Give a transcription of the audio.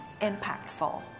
impactful